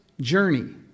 journey